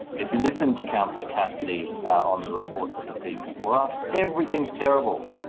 if you listen to councillor cassidy on the reports that we see before us, everything is terrible.